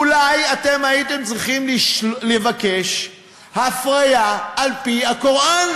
אולי אתם הייתם צריכים לבקש הפריה על-פי הקוראן?